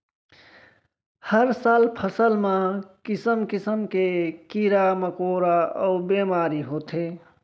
हर साल फसल म किसम किसम के कीरा मकोरा अउ बेमारी होथे